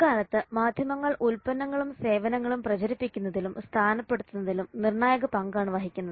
ഇക്കാലത്ത് മാധ്യമങ്ങൾ ഉൽപ്പന്നങ്ങളും സേവനങ്ങളും പ്രചരിപ്പിക്കുന്നതിലും സ്ഥാനപ്പെടുത്തുന്നതിലും നിർണായക പങ്കാണ് വഹിക്കുന്നത്